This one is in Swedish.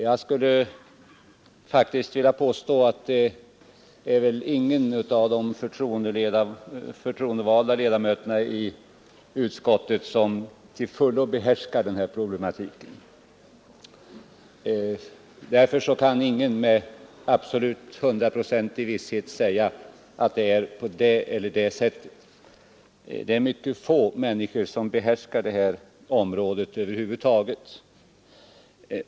Jag skulle faktiskt vilja påstå att ingen av de förtroendevalda ledamöterna i utskottet till fullo behärskar denna problematik, och därför kan ingen med absolut hundraprocentig visshet säga att det är på det eller det sättet. Det är över huvud taget mycket få människor som behärskar detta område.